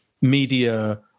media